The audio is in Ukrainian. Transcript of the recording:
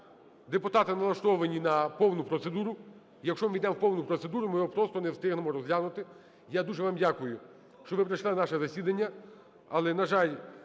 Депутати налаштовані на повну процедуру. Якщо ми йдемо в повну процедуру, ми його просто не встигнемо розглянути. Я дуже вам дякую, що ви прийшли на наше засідання,